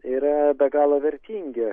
yra be galo vertingi